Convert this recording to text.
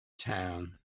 town